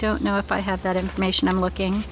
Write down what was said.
don't know if i have that information i'm looking